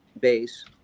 base